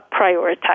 prioritize